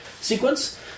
sequence